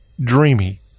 dreamy